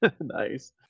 nice